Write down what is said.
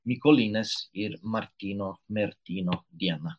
mykolinės ir martyno martyno diena